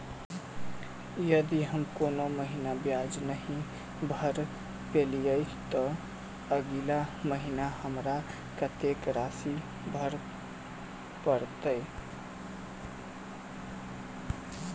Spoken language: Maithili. यदि हम कोनो महीना ब्याज नहि भर पेलीअइ, तऽ अगिला महीना हमरा कत्तेक राशि भर पड़तय?